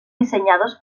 diseñados